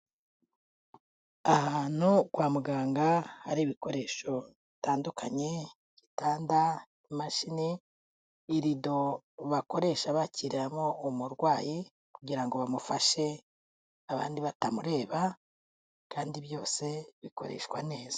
Ahantu kwa muganga hari ibikoresho bitandukanye, ibitanda, imashini, irido bakoresha bakiriramo umurwayi, kugira ngo bamufashe abandi batamureba kandi byose bikoreshwa neza.